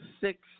six